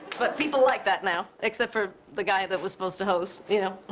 but people like that now. except for the guy that was supposed to host, you know.